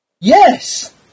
Yes